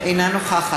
בעד